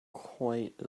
quite